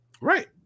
Right